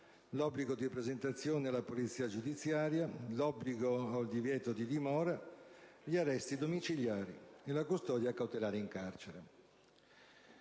l'obbligo di presentazione alla polizia giudiziaria, l'obbligo o il divieto di dimora, gli arresti domiciliari e la custodia cautelare in carcere.